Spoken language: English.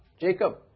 Jacob